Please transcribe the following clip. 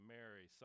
Mary